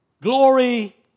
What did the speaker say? Glory